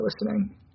listening